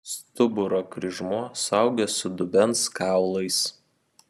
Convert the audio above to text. stuburo kryžmuo suaugęs su dubens kaulais